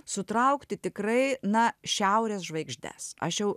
sutraukti tikrai na šiaurės žvaigždes aš jau